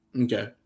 Okay